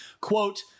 quote